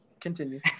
Continue